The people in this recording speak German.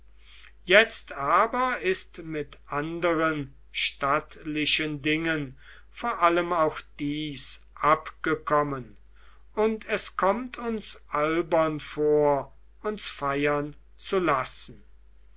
jetzt aber ist mit anderen stattlichen dingen vor allem auch dies abgekommen und es kommt uns albern vor uns feiern zu lassen